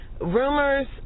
rumors